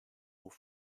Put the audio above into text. who